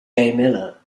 miller